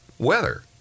weather